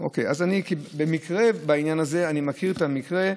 אז במקרה בעניין הזה אני מכיר את המקרה,